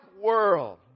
world